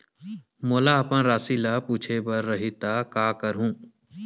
मोला अपन राशि ल पूछे बर रही त का करहूं?